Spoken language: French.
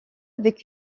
avec